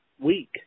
week